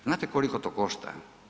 Znate koliko to košta?